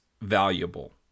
valuable